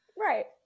Right